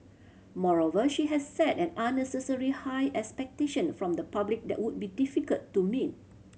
moreover she has set an unnecessary high expectation from the public that would be difficult to meet